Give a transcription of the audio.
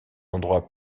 endroits